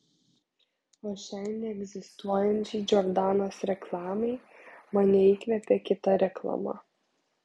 o šiai neegzistuojančiai džordanos reklamai mane įkvėpė kita reklama